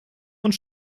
und